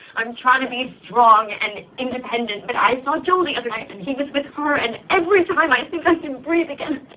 i'm trying to be strong and independent. but i saw joel the other night, and he was with her. and every time i think i can breathe again, i